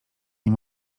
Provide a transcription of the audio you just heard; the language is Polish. nie